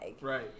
Right